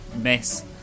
mess